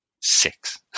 Six